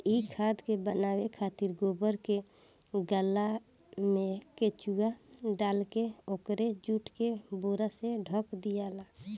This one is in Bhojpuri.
इ खाद के बनावे खातिर गोबर के गल्ला में केचुआ डालके ओके जुट के बोरा से ढक दियाला